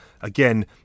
Again